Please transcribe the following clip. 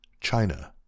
China